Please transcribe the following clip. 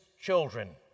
children